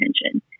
attention